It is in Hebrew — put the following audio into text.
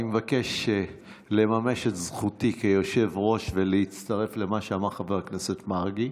אני מבקש לממש את זכותי כיושב-ראש ולהצטרף למה שאמר חבר הכנסת מרגי.